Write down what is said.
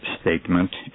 statement